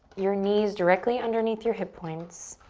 your knees directly underneath your hip points,